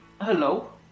Hello